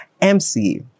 MC